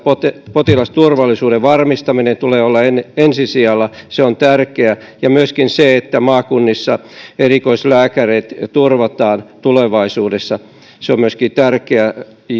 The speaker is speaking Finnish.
potilasturvallisuuden varmistamisen tulee olla ensi sijalla se on tärkeää ja myöskin se että maakunnissa erikoislääkärit turvataan tulevaisuudessa on tärkeä